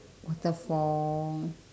waterfall